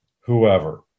whoever